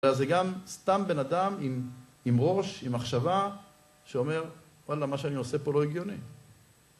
זה גם סתם בן אדם עם ראש, עם מחשבה, שאומר, וואלה, מה שאני עושה פה לא הגיוני.